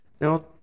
Now